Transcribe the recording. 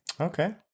Okay